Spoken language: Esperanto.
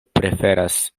preferas